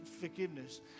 forgiveness